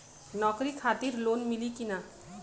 नौकरी खातिर लोन मिली की ना?